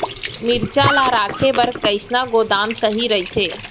मिरचा ला रखे बर कईसना गोदाम सही रइथे?